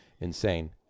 insane